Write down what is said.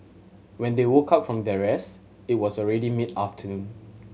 when they woke up from their rest it was already mid afternoon